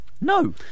No